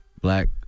black